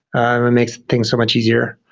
it would make things so much easier.